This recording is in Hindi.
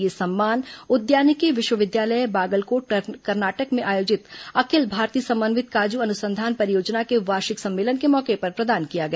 यह सम्मान उद्यानिकी विश्वविद्यालय बागलकोट कर्नाटक में आयोजित अखिल भारतीय समन्वित काजू अनुसंधान परियोजना के वार्षिक सम्मेलन के मौके पर प्रदान किया गया